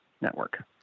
network